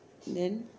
then